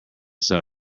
sell